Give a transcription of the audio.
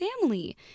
family